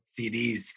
CDs